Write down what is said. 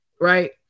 right